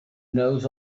knows